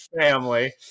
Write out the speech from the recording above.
family